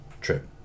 trip